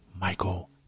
Michael